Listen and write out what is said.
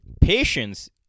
Patience